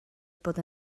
bod